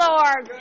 Lord